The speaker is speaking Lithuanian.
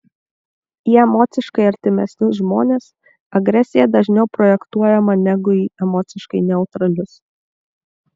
į emociškai artimesnius žmones agresija dažniau projektuojama negu į emociškai neutralius